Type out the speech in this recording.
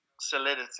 solidity